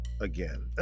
again